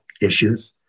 issues